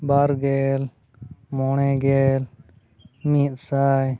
ᱵᱟᱨ ᱜᱮᱞ ᱢᱚᱬᱮ ᱜᱮᱞ ᱢᱤᱫ ᱥᱟᱭ